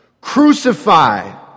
Crucify